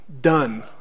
done